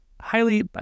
highly